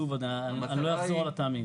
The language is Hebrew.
אני לא אחזור על הטעמים.